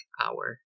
hour